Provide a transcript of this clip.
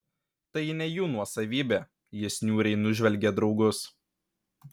tai ne jų nuosavybė jis niūriai nužvelgė draugus